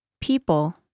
People